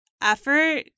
effort